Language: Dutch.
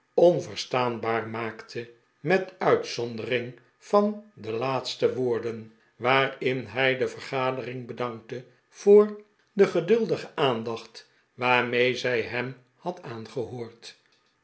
onverstaanbaar maakte met uitzondering van de laatste woorden waarin hij de vergadering bedankte voor de geduldige aandacht waarmee zij hem had aangehoord